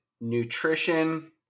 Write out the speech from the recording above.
nutrition